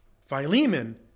Philemon